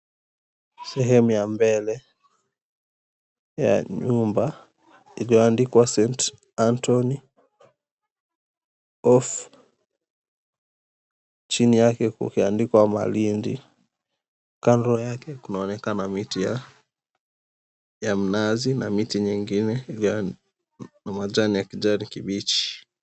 Sehemu ya mbele ya jumba, iliyoandikwa St Anthony of Padua. Chini yake kukiandikwa Malindi. Kando yake kunaonekana miti ya mnazi, na miti nyingine ya kijani kibichi.